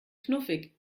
knuffig